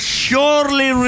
surely